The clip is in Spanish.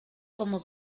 como